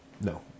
No